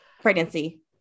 pregnancy